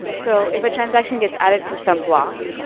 so if a transaction gets added to some block,